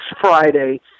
Friday